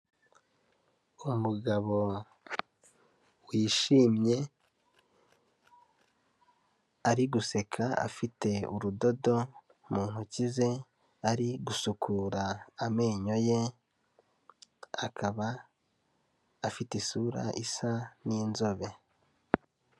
Umugabo wishimye ari guseka afite urudodo mu ntoki ze, ari gusukura amenyo ye akaba afite isura isa n'inzobe.